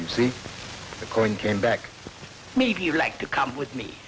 you see the corn came back maybe you'd like to come with me